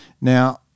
Now